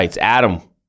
adam